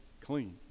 clean